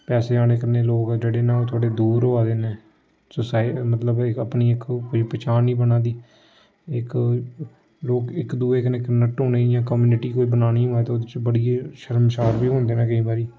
पैसे औने कन्नै लोक जेह्ड़े न ओह् थोह्ड़े दूर होआ दे न सोसाय मतलब अपनी इक पह्चान निं बना दी इक दुए कन्नै कनैक्ट हून जि'यां कम्युनिटी कोई बनानी होऐ ते ओह्दे च बड़े गै शर्मशार बी होंदे न केईं बारी